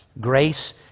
grace